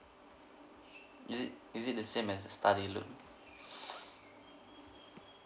is it is it the same as the study loan